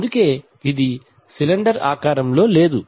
అందుకే అది సిలిండర్ ఆకారంలో లేదు